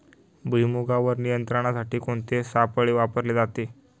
भुईमुगावर नियंत्रणासाठी कोणते सापळे वापरले जातात?